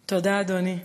תודה, אדוני.